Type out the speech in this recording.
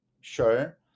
sure